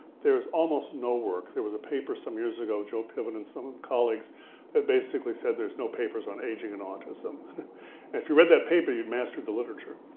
there's almost no work. there was a paper some years ago, joe pivot and some colleagues that basically said there's no papers papers on aging in autism. and if you read that paper, you mastered the literature.